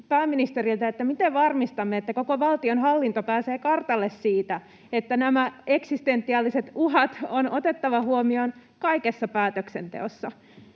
pääministeriltä, miten varmistamme, että koko valtionhallinto pääsee kartalle siitä, että nämä eksistentiaaliset uhat on otettava huomioon kaikessa päätöksenteossa